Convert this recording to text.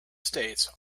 states